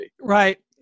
Right